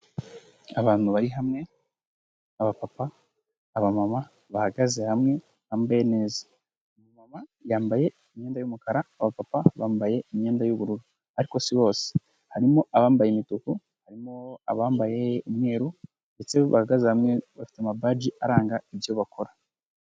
Abantu bari hamwe aba papa aba mama bahagaze hamwe bambaye neza mama yambaye imyenda yumukara wa papa bambaye imyenda yu'ubururu ariko si bose harimo abambaye imituku harimo abambaye umweru ndetse bahagaze hamwe bafite ama baji aranga ibyo bakora.